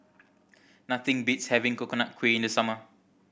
nothing beats having Coconut Kuih in the summer